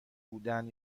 بودن